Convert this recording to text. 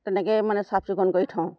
তেনেকৈয়ে মানে চাফচিকণ কৰি থওঁ